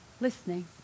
Listening